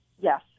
Yes